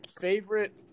Favorite